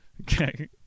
okay